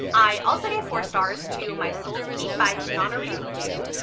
i also gave four stars to my soul to keep by tananarive due.